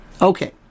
Okay